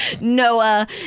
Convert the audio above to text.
Noah